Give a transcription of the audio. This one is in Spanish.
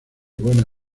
buena